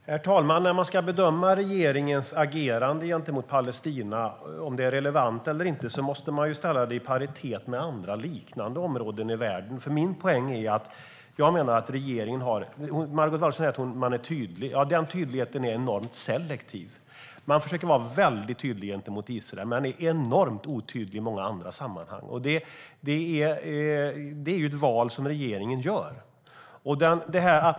Herr talman! När man ska bedöma huruvida regeringens agerande gentemot Palestina är relevant eller inte måste man ställa det i paritet med vad som är fallet med andra liknande områden i världen. Margot Wallström säger att regeringen är tydlig. Min poäng är att den tydligheten är enormt selektiv. Man försöker vara väldigt tydlig gentemot Israel, men är enormt otydlig i många andra sammanhang. Det är ett val som regeringen gör.